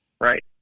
Right